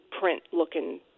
print-looking